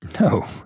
No